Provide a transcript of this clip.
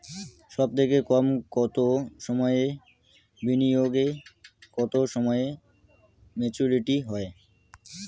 সবথেকে কম কতো সময়ের বিনিয়োগে কতো সময়ে মেচুরিটি হয়?